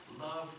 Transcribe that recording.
love